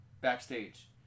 backstage